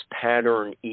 pattern